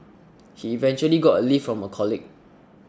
he eventually got a lift from a colleague